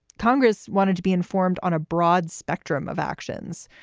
congress wanted to be informed on a broad spectrum of actions,